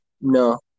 No